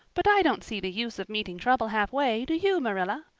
but i don't see the use of meeting trouble halfway, do you, marilla?